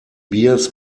bears